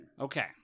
Okay